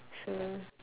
sur~